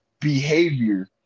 behavior